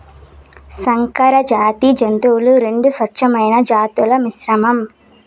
సంకరజాతి జంతువులు రెండు స్వచ్ఛమైన జాతుల మిశ్రమం